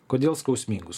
kodėl skausmingus